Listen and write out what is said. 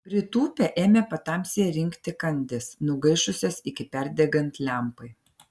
pritūpę ėmė patamsyje rinkti kandis nugaišusias iki perdegant lempai